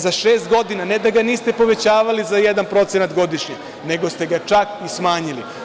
Za šest godina ne da ga niste povećavali za 1% godišnje, nego ste ga čak i smanjili.